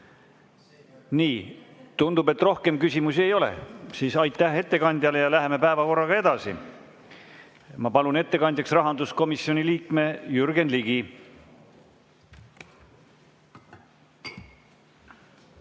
Tundub, et rohkem küsimusi ei ole. Siis aitäh ettekandjale! Ja läheme päevakorraga edasi. Ma palun ettekandjaks rahanduskomisjoni liikme Jürgen Ligi.